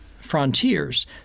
frontiers